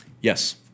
Yes